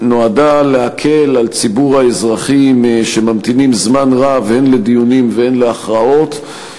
נועדה להקל על ציבור האזרחים שממתינים זמן רב הן לדיונים והן להכרעות,